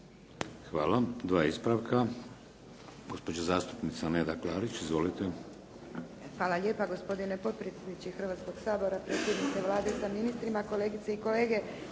Hvala. Dva ispravka. Gospođa zastupnica Neda Klarić. Izvolite.